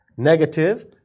Negative